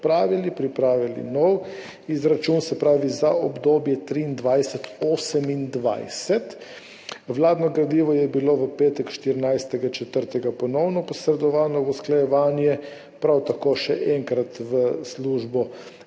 pripravili nov izračun, se pravi za obdobje 2023–2028. Vladno gradivo je bilo v petek, 14. 4., ponovno posredovano v usklajevanje, prav tako še enkrat v Službo